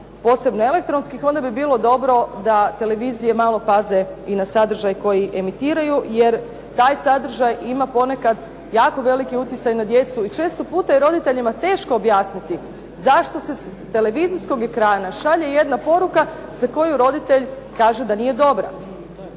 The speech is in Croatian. posebno elektronskih, onda bi bilo dobro da televizije malo paze i na sadržaj koji emitiraju jer taj sadržaj ima ponekad jako veliki utjecaj na djecu i često puta je roditeljima teško objasniti zašto se s televizijskog ekrana šalje jedna poruka za koju roditelj kaže da nije dobra.